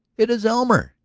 it is elmer!